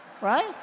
Right